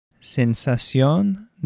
Sensación